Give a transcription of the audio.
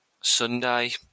sunday